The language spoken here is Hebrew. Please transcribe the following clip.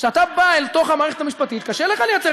כשאתה בא אל תוך המערכת המשפטית קשה לך לייצר